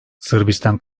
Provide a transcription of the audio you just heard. sırbistan